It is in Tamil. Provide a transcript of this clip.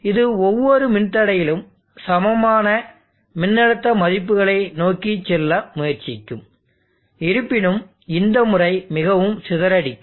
இது ஒவ்வொரு மின்தடையிலும் சமமான மின்னழுத்த மதிப்புகளை நோக்கிச் செல்ல முயற்சிக்கும் இருப்பினும் இந்த முறை மிகவும் சிதறடிக்கும்